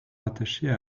rattachées